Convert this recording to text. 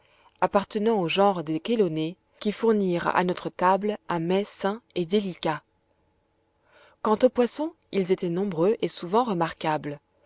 appartenant au genre des chélonées qui fournirent à notre table un mets sain et délicat quant aux poissons ils étaient nombreux et souvent remarquables